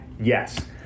Yes